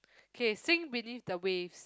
okay sink beneath the waves